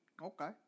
Okay